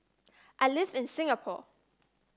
I live in Singapore